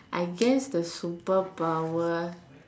I guess the super power